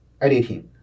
editing